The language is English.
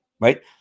Right